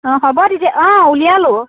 অঁ হ'ব তেতিয়া অঁ উলিয়ালোঁ